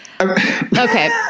okay